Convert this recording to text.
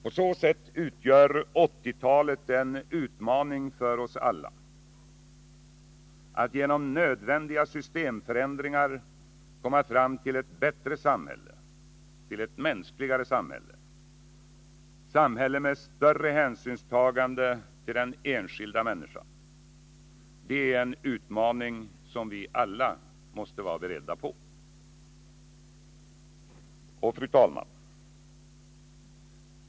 På så sätt utgör 1980-talet en utmaning för oss alla — att genom nödvändiga systemförändringar komma fram till ett bättre samhälle, ett mänskligare samhälle, ett samhälle med större hänsynstagande till den enskilda människan. Det är en utmaning som vi alla måste vara beredda på. Fru talman!